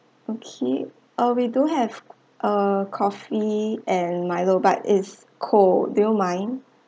okay uh we do have uh coffee and milo it's cold so you mind